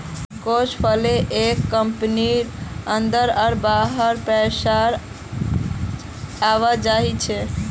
cash flow एक कंपनीर अंदर आर बाहर पैसार आवाजाही छे